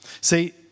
See